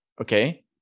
okay